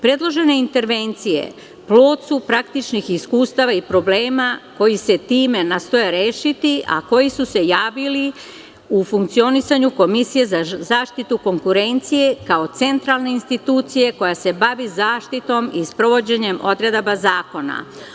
Predložene intervencije povod su praktičnih iskustava i problema koji se time nastoje rešiti, a koji su se javili u funkcionisanju Komisije za zaštitu konkurencije, kao centralne institucije koja se bavi zaštitom i sprovođenjem odredaba zakona.